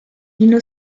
lino